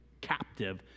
captive